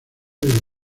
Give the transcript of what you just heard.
del